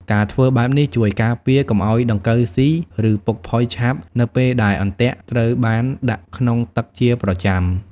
ការធ្វើបែបនេះជួយការពារកុំឲ្យដង្កូវស៊ី ឬពុកផុយឆាប់នៅពេលដែលអន្ទាក់ត្រូវបានដាក់ក្នុងទឹកជាប្រចាំ។